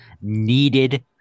needed